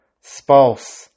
spouse